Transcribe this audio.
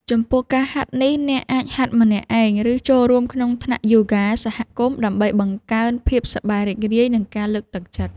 ចំពោះការហាត់នេះ អ្នកអាចហាត់ម្នាក់ឯង ឬចូលរួមក្នុងថ្នាក់យូហ្គាសហគមន៍ ដើម្បីបង្កើនភាពសប្បាយរីករាយ និងការលើកទឹកចិត្ត។